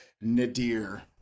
nadir